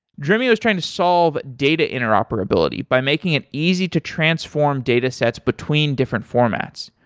dremio is trying to solve data interoperability by making it easy to transform datasets between different formats.